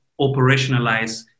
operationalize